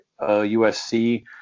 USC